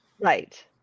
Right